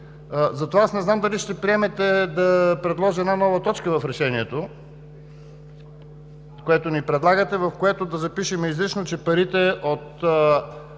Затова аз не знам дали ще приемете да предложа нова точка в решението, което ни предлагате, в която да запишем изрично, че парите от